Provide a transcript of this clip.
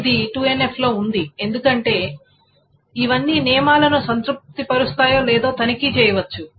ఇది 2NF లో ఉంది ఎందుకంటే ఇవన్నీ నియమాలను సంతృప్తిపరుస్తాయో లేదో తనిఖీ చేయవచ్చు